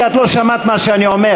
כי את לא שמעת מה שאני אומר.